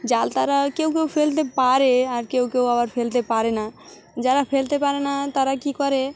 জাল তারা কেউ কেউ ফেলতে পারে আর কেউ কেউ আবার ফেলতে পারে না যারা ফেলতে পারে না তারা কী করে